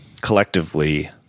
collectively